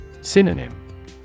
Synonym